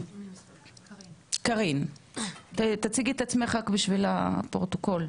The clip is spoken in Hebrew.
קרין, בבקשה.